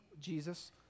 Jesus